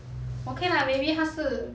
okay lah maybe 他是